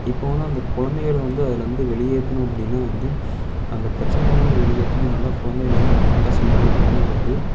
இப்போ வந்து அந்த குழந்தைகளை வந்து அதிலேருந்து வெளியேற்றணும் அப்படின்னா வந்து அந்தப் பிரச்சனையிலேருந்து வெளியேற்றணும் நல்லா குழந்தைகளை வந்து விளையாடய செய்யணும் அப்படின்னா வந்து